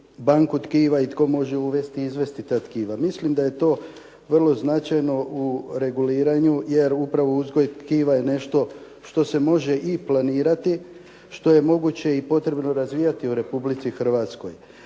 banku tkiva i tko može uvesti i izvesti ta tkiva. Mislim da je to vrlo značajno u reguliranju, jer upravo uzgoj tkiva je nešto što se može i planirati, što je moguće i potrebno razvijati u Republici Hrvatskoj.